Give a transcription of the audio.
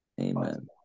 Amen